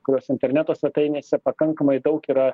kuriuos interneto svetainėse pakankamai daug yra